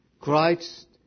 Christ